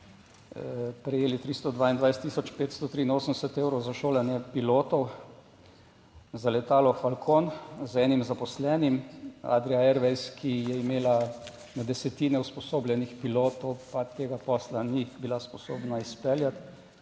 prejeli 322 tisoč 583 evrov za šolanje pilotov za letalo Falcon z enim zaposlenim, Adria Airways, ki je imela na desetine usposobljenih pilotov pa tega posla ni bila sposobna izpeljati,